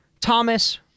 Thomas